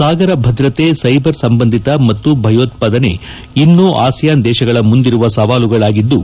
ಸಾಗರ ಭದ್ರತೆ ಸೈಬರ್ ಸಂಬಂಧಿತ ಮತ್ತು ಭಯೋತ್ಪಾದನೆ ಇನ್ನು ಆಸಿಯಾನ್ ದೇಶಗಳ ಮುಂದಿರುವ ಸವಾಲುಗಳಾಗಿದ್ದು